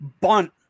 bunt